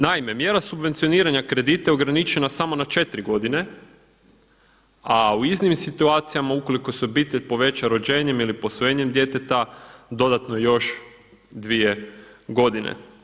Naime, mjera subvencioniranja kredita je ograničena samo na četiri godine, a u iznimnim situacijama ukoliko se obitelj poveća rođenjem ili posvojenjem djeteta dodatno još dvije godine.